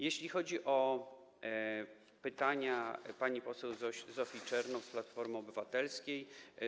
Jeśli chodzi o pytania pani poseł Zofii Czernow z Platformy Obywatelskiej.